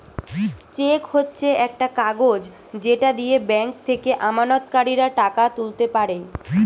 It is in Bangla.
চেক হচ্ছে একটা কাগজ যেটা দিয়ে ব্যাংক থেকে আমানতকারীরা টাকা তুলতে পারে